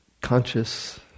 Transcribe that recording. conscious